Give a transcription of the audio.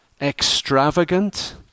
extravagant